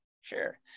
Sure